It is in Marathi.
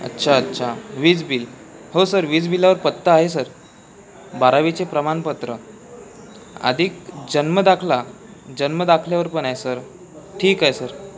अच्छा अच्छा वीज बिल हो सर वीज बिलावर पत्ता आहे सर बारावीचे प्रमाणपत्र आधिक जन्म दाखला जन्म दाखल्यावर पण आहे सर ठीक आहे सर